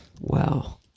Wow